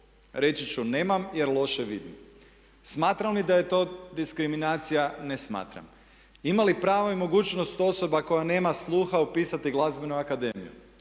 Reći ću nemam jer loše vidim. Smatram li da je to diskriminacija? Ne smatram. Ima li pravo i mogućnost osoba koja nema sluha upisati glazbenu akademiju?